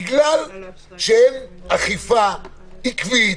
בגלל שאין אכיפה עקבי,